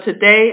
today